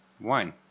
Wine